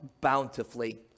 bountifully